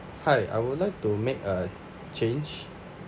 hi I would like to make a change